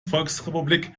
volksrepublik